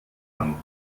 hang